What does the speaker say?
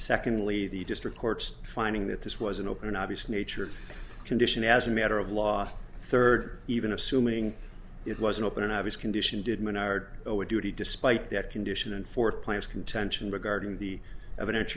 secondly the district court's finding that this was an open obvious nature condition as a matter of law third even assuming it wasn't an obvious condition did minard duty despite that condition and fourth plans contention regarding the